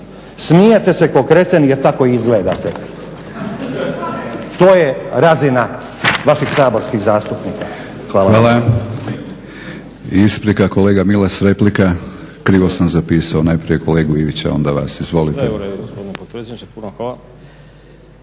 smijete se ko kreten jer tako i izgledate. To je razina vaših saborskih zastupnika. Hvala.